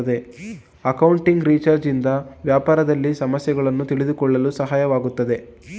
accounting research ಇಂದ ವ್ಯಾಪಾರದಲ್ಲಿನ ಸಮಸ್ಯೆಗಳನ್ನು ತಿಳಿದುಕೊಳ್ಳಲು ಸಹಾಯವಾಗುತ್ತದೆ